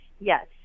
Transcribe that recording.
Yes